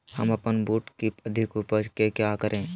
हम अपन बूट की अधिक उपज के क्या करे?